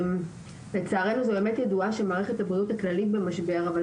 זה באמת ידוע שמערכת הבריאות הכללית במשבר לצערנו,